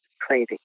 crazy